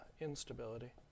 instability